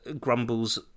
Grumbles